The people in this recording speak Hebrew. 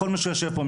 כל מי שיושב פה,